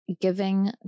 giving